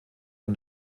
und